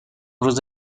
روز